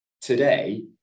today